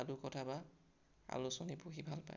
সাধুকথা বা আলোচনী পঢ়ি ভাল পায়